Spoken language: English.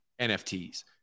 NFTs